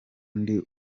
ndi